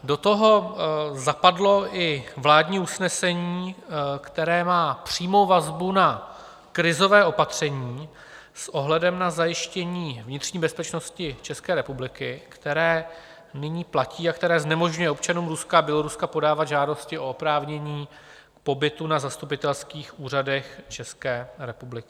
Do toho zapadlo i vládní usnesení, které má přímou vazbu na krizové opatření s ohledem na zajištění vnitřní bezpečnosti České republiky, které nyní platí a které znemožňuje občanům Ruska a Běloruska podávat žádosti o oprávnění pobytu na zastupitelských úřadech České republiky.